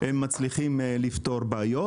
והם מצליחים לפתור בעיות.